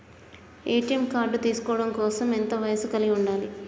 ATM card తీసుకోవడం కోసం ఎంత వయస్సు కలిగి ఉండాలి?